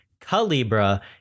Calibra